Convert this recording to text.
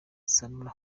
sanura